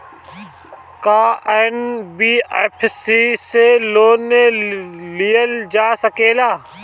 का एन.बी.एफ.सी से लोन लियल जा सकेला?